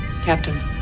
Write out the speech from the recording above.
Captain